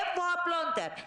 איפה הפלונטר?